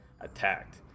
attacked